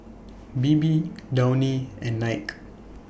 Bebe Downy and Nike